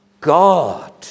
God